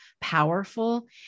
powerful